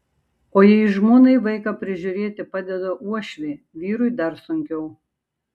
o jei žmonai vaiką prižiūrėti padeda uošvė vyrui dar sunkiau